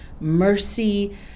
Mercy